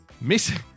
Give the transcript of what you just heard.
Missing